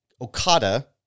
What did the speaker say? Okada